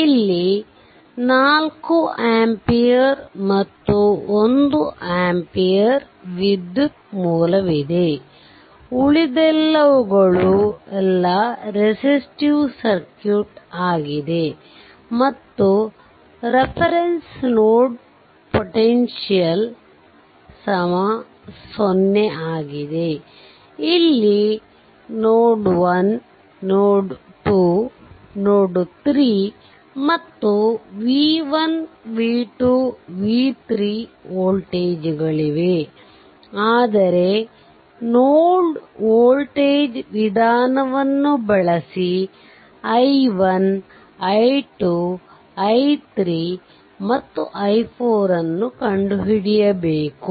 ಇಲ್ಲಿ 4 ampere ಮತ್ತು 1 ampere ವಿದ್ಯುತ್ ಮೂಲವಿದೆ ಉಳಿದವುಗಳೆಲ್ಲ ರೆಸಿಸ್ಟಿವ್ ಸರ್ಕ್ಯೂಟ್ ಆಗಿದೆ ಮತ್ತು ರೆಫರೆನ್ಸ್ ನೋಡ್ ಪೋಟೆನ್ಶಿಯಲ್0 ಆಗಿದೆ ಇಲ್ಲಿ ನೋಡ್ 1ನೋಡ್ 2 ನೋಡ್ 3 ಮತ್ತು v1 v2 v3 ವೋಲ್ಟೇಜ್ಗಳಿವೆ ಆದರೆ ನೋಡ್ ವೋಲ್ಟೇಜ್ ವಿಧಾನವನ್ನು ಬಳಸಿ i1 i 2 i3 ಮತ್ತು i4 ನ್ನು ಕಂಡುಹಿಡಿಯಬೇಕು